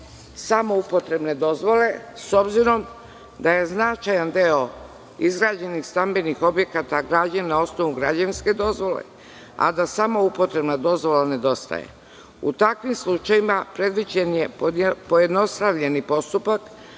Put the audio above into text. samoupotrebne dozvole, s obzirom da je značajan deo izgrađenih stambenih objekata građen na osnovu građevinske dozvole, a da samoupotrebna dozvola nedostaje. U takvim slučajevima predviđen je pojednostavljeni postupak,